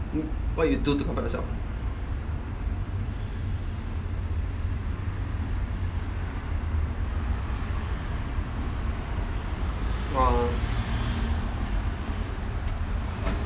you what you do to comfort yourself orh